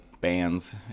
bands